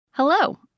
Hello